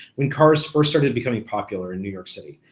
when cars first started becoming popular in new york city,